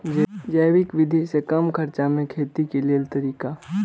जैविक विधि से कम खर्चा में खेती के लेल तरीका?